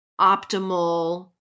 optimal